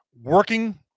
working